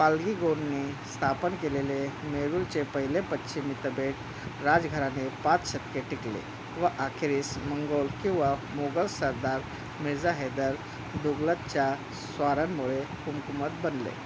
पालगीगोनने स्थापन केलेले मेरूलचे पहिले पश्चिमी बेट राजघराणे पाच शतके टिकले व अखेरीस मंगोल किंवा मोगल सरदार मिर्झा हैदर दुगलतच्या स्वारांमुळे कुंकुमत बनले